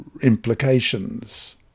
implications